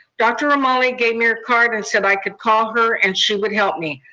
dr. romali gave me her card and said i could call her, and she would help me.